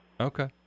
Okay